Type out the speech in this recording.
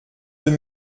deux